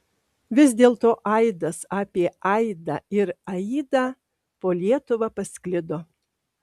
vis dėlto aidas apie aidą ir aidą po lietuvą pasklido